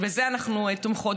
בזה אנחנו תומכות.